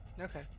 Okay